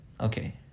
okay